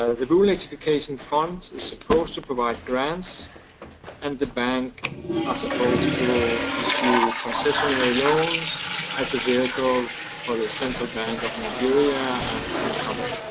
ah the rural electrification fund is supposed to provide grants in and the bank as opposed to issue concessionary loans as a vehicle for the central bank of nigeria and and other